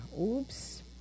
Oops